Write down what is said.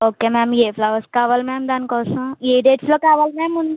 okay ma'am ఏ flowers కావాలి ma'am దానికోసం ఏ డేట్స్లో కావాలి మ్యామ్